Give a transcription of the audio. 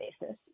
basis